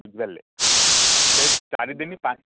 ବୁଝିପାରିଲେ ସେ ଚାରି ଦିନି ପାଞ୍ଚ